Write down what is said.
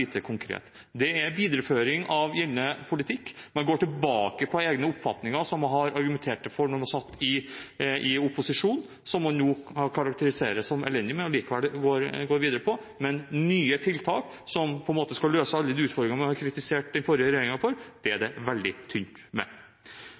konkret. Det er en videreføring av gjeldende politikk. Man går tilbake på egne oppfatninger som man argumenterte for da man var i opposisjon, men som man nå karakteriserer som elendig, men likevel går videre med. Men nye tiltak som skal løse alle de utfordringene man kritiserte den forrige regjeringen for, er det veldig tynt med. Den Fafo-rapporten som jeg refererte til, viser også at kampen mot sosial dumping er